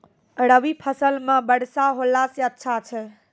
रवी फसल म वर्षा होला से अच्छा छै?